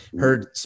heard